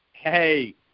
Hey